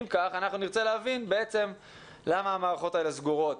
אם כך, נרצה להבין למה המערכות הללו סגורות.